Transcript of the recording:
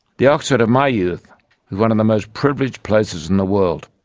the oxford of my youth was one of the most privileged places in the world,